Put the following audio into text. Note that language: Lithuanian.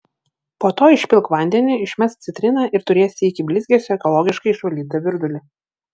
po to išpilk vandenį išmesk citriną ir turėsi iki blizgesio ekologiškai išvalytą virdulį